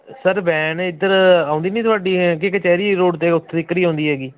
sir van ਇੱਧਰ ਆਉਂਦੀ ਨਹੀਂ ਤੁਹਾਡੀ ਕਿ ਕਚਹਿਰੀ ਰੋਡ 'ਤੇ ਉੱਥੇ ਤੀਕਰ ਹੀ ਆਉਂਦੀ ਹੈਗੀ